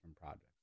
projects